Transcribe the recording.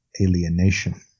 alienation